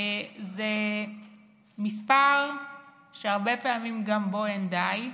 זה מספר שהרבה פעמים גם בו לא די,